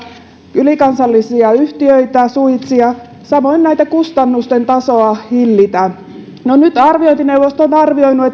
ylikansallisia yhtiöitä suitsia samoin kustannusten tasoa hillitä no nyt arviointineuvosto on arvioinut